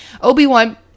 Obi-Wan